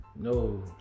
No